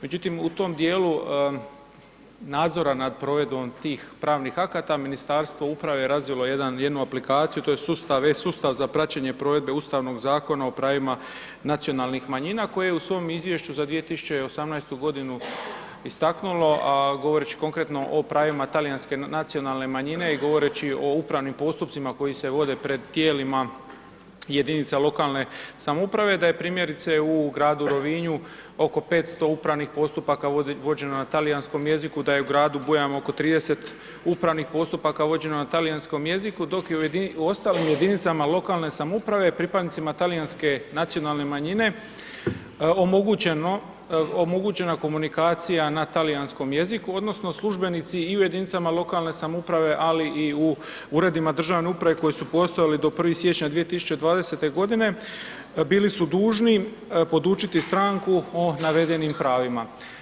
Međutim, u tom dijelu nadzora nad provedbom tim pravnih akata, Ministarstvo uprave razvilo je jedan, jednu aplikaciju, to je sustav, e-Sustav za praćenje provedbe Ustavnog zakona o pravima nacionalnih manjina koje je u svom izvješću za 2018. g. istaknulo, a govoreći konkretno o pravima talijanske nacionalne manjine i govoreći o upravnim postupcima koji se vode pred tijelima jedinice lokalne samouprave da je primjerice u gradu Rovinju oko 500 upravnih postupaka vođeno na talijanskom jeziku, da je gradu obujam oko 30 upravnih postupaka vođeno na talijanskom jeziku, dok je u ostalim jedinicama lokalne samouprave pripadnicima talijanske nacionalne manjine omogućena komunikacija na talijanskom jeziku, odnosno službenici i u jedinicama lokalne samouprave, ali i u uredima državne uprave koji su postojali do 1. siječnja 2020. g. bili su dužni podučiti stranku o navedenim pravima.